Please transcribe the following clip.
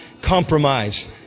Compromise